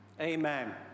Amen